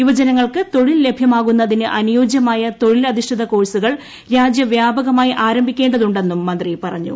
യുജനങ്ങൾക്ക് തൊഴിൽ ലഭ്യമാകുന്നതിന് അനുയോജ്യമായ തൊഴിലധിഷ്ഠിത കോഴ്സുകൾ രാജ്യവ്യാപകമായി ആരംഭിക്കേണ്ടതുണ്ടെന്നും മന്ത്രി പറഞ്ഞു